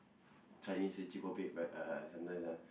Chinese say chee ko pek but uh sometimes ah